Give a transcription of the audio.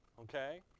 Okay